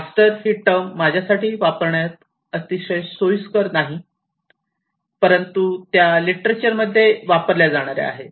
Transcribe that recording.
master ही term माझ्यासाठी वापरण्यास अतिशय सोयीस्कर नाही परंतु लिटरेचरमध्ये त्या वापरल्या जाणार्या आहेत